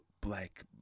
black